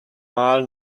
mal